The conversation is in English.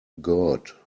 god